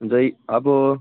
जै अब